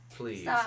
Please